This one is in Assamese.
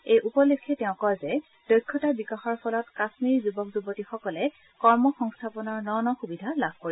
এই উপলক্ষে তেওঁ কয় যে দক্ষতা বিকাশৰ ফলত কাম্মীৰী যুৱক যুৱতীসকলে কৰ্ম সংস্থাপনৰ ন ন সুবিধা লাভ কৰিব